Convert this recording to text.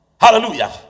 hallelujah